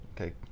Okay